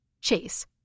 Chase